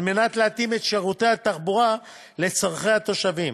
כדי להתאים את שירותי התחבורה לצורכי התושבים,